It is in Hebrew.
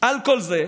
על כל זה,